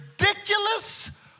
ridiculous